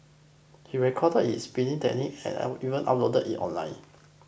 he recorded his speeding antics and even uploaded it online